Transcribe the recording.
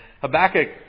Habakkuk